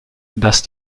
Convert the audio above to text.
das